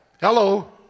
hello